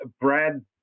Brad